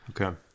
Okay